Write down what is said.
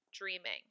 dreaming